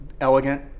elegant